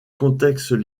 contextes